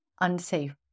unsafe